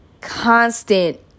constant